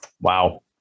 Wow